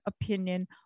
opinion